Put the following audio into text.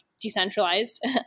decentralized